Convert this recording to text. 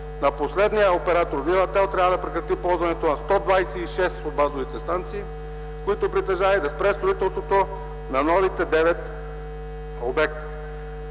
десет. Оператор „Вивател” трябва да прекрати ползването на 126 от базовите станции, които притежава, и да спре строителството на новите девет обекта.